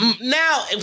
now